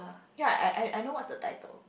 ya I I I knows what's the title